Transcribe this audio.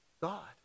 God